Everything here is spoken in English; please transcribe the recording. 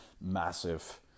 massive